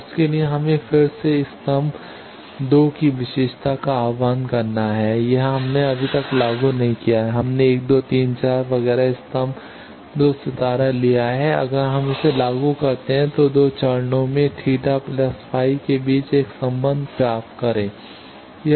अब उसके लिए फिर से हम स्तंभ 2 की विशेषता का आह्वान करते हैं यह हमने अभी तक लागू नहीं किया है हमने 1 2 3 4 वगैरह स्तंभ 2 सितारा ¿⋅ 0 लिया है अगर हम इसे लागू करते हैं तो 2 चरणों θ φ के बीच एक संबंध प्राप्त करें